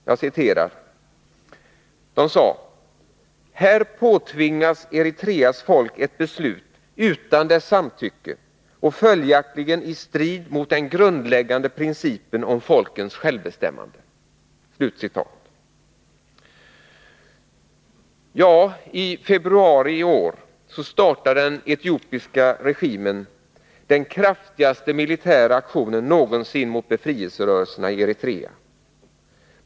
Sovjetdelegationen yttrade: ”Här påtvingas Eritreas folk ett beslut utan dess samtycke och följaktligen i strid mot den grundläggande principen om folkens självbestämmande.” I februari i år startade den etiopiska regimen den kraftigaste militära aktionen någonsin mot befrielserörelserna i Eritrea.